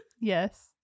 yes